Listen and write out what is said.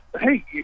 hey